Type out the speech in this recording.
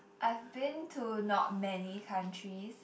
I've been to not many countries